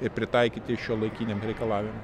ir pritaikyti šiuolaikiniam reikalavimam